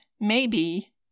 Maybe